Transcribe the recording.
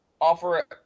offer